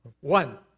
One